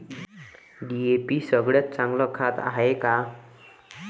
DAP सगळ्यात चांगलं खत हाये का?